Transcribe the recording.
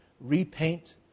repaint